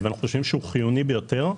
אנו חושבים שהוא חיוני ביותר.